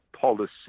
policy